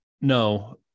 no